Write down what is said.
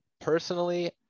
personally